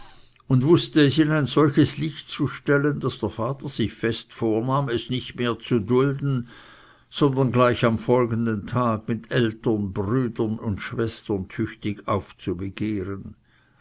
und wußte es in ein solches licht zu stellen daß der vater sich fest vornahm es nicht mehr zu dulden sondern gleich am folgenden tag mit eltern brüdern und schwestern tüchtig aufzubegehren